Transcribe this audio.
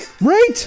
Right